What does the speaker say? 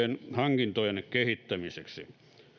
hankintojen kehittämiseksi